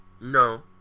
No